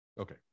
Okay